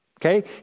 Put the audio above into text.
okay